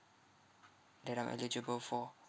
that I'm eligible for